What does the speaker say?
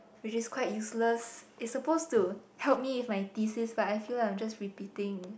which is quite useless it's supposed to help me with my thesis but I feel like I'm just repeating